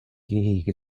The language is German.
gehege